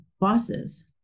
bosses